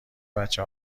بچه